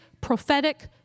prophetic